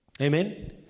Amen